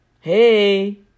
Hey